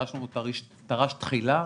טר"ש תחילה,